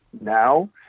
now